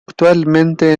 actualmente